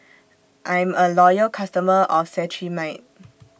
I'm A Loyal customer of Cetrimide